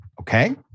Okay